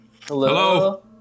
Hello